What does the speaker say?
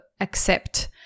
accept